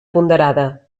ponderada